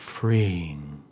freeing